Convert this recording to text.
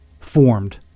formed